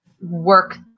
work